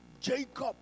Jacob